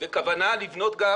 וכוונה לבנות גם